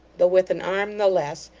though with an arm the less,